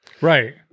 Right